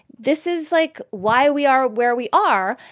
this is like why we are where we are.